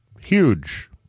huge